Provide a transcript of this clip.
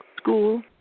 School